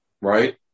right